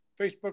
Facebook